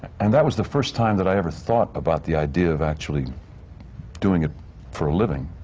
and that was the first time that i ever thought about the idea of actually doing it for a living.